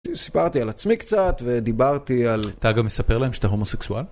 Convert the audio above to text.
סיפרתי על עצמי קצת ודיברתי על, אתה גם מספר להם שאתה הומוסקסואל?